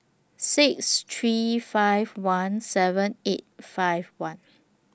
six three five one seven eight five one